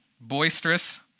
boisterous